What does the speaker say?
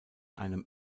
einem